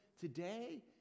today